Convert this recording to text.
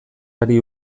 hari